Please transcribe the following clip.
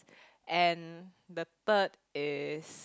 and the third is